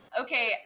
Okay